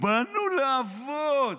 באנו לעבוד.